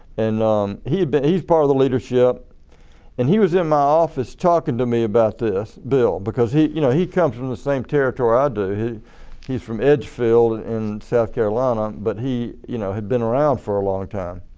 and um he had been he is part of the leadership and he was in my office talking to me about this bill because he you know he comes from the same territory i do. he he is from edgefield in south carolina but he you know had been around for a long time.